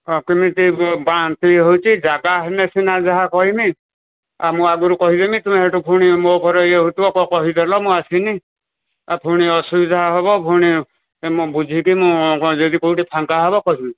ହଁ କେମିତି ବାନ୍ତି ହେଉଛି ଜାଗା ହେଲେ ସିିନା ଯାହା କହିବି ଆଉ ମୁଁ ଆଗରୁ କହିଦେବି ତୁମେ ସେଠୁ ପୁଣି ମୋ ଉପରେ ଇଏ ହେଉଥିବ କହିଦେଲ ମୁଁ ଆସିନି ଆଉ ଫୁଣି ଅସୁବିଧା ହେବ ପୁଣି ମୁଁ ବୁଝିକି ମୁଁ ଯଦି କୋଉଠି ଫାଙ୍କା ହେବ କହିବି